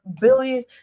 billion